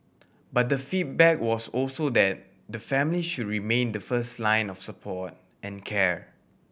but the feedback was also that the family should remain the first line of support and care